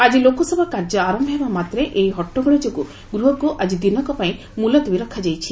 ଆଜି ଲୋକସଭା କାର୍ଯ୍ୟ ଆରମ୍ଭ ହେବା ମାତ୍ରେ ଏହି ହଟ୍ଟଗୋଳ ଯୋଗୁଁ ଗୃହକୁ ଆକ୍ଟି ଦିନକ ପାଇଁ ମୁଲତବୀ ରଖାଯାଇଛି